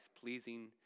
pleasing